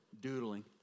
doodling